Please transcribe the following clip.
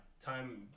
Time